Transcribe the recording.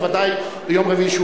בוודאי ביום רביעי,